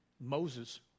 Moses